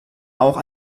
auch